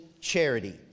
charity